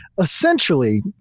essentially